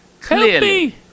clearly